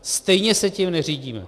Stejně se tím neřídíme.